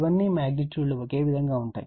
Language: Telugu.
ఇవన్నీ మాగ్నిట్యూడ్లు ఒకే విధంగా ఉంటాయి